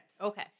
Okay